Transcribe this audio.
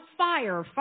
fire